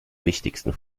wichtigsten